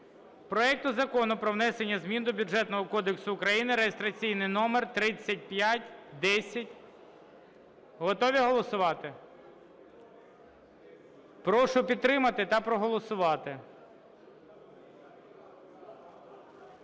проект Закону про внесення змін до Бюджетного кодексу України (реєстраційний номер 3510). Готові голосувати? Прошу підтримати та проголосувати.